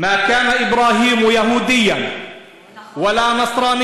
ויש פסוק נוסף: "אברהם לא היה יהודי ולא נוצרי,